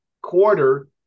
quarter